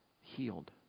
Healed